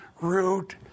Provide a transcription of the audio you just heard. root